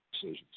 decisions